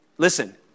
Listen